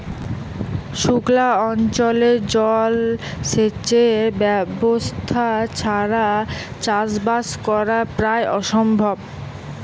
সুক্লা অঞ্চলে জল সেচের ব্যবস্থা ছাড়া চাষবাস করা প্রায় অসম্ভব